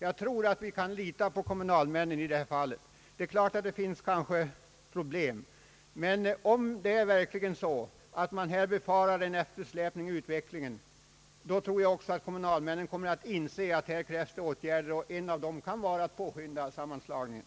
Jag tror att vi kan lita på kommunalmännen i detta fall. Det finns kanske problem, men om man verkligen befarar en eftersläpning i utvecklingen tror jag också att kommunalmännen kommer att inse att här krävs åtgärder — och en av dem kan vara att påskynda sammanslagningen.